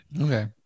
Okay